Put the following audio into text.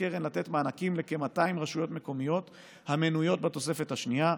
הקרן לתת מענקים לכ-200 רשויות מקומיות המנויות בתוספת השנייה.